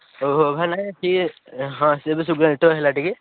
ଓହୋ ଭାଇନା ଟିକେ ହଁ ଏବେ ଶୁଭିଲା ନେଟୱାର୍କ ହେଲା ଟିକେ